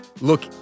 look